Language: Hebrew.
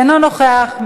אינו נוכח.